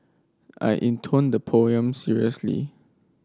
I intoned the poem seriously